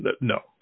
No